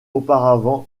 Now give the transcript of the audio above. auparavant